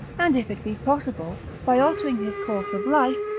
and if it be possible, by altering his course of life,